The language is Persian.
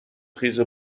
خیز